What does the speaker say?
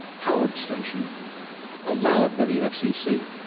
powered station allowed by the fcc.